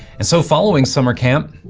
and so following summer camp,